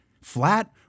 flat